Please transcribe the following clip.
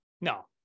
No